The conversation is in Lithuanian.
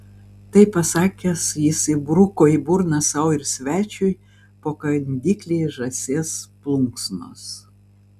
tai pasakęs jis įbruko į burną sau ir svečiui po kandiklį iš žąsies plunksnos